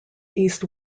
east